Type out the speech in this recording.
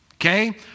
Okay